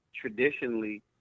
traditionally